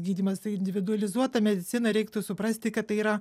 gydymas tai individualizuota medicina reiktų suprasti kad tai yra